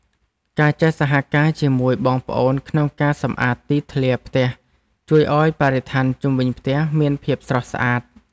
ការចេះសហការជាមួយបងប្អូនក្នុងការសម្អាតទីធ្លាផ្ទះជួយឱ្យបរិស្ថានជុំវិញផ្ទះមានភាពស្រស់ស្អាត។